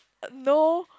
no